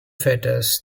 fetus